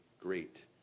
great